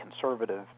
conservative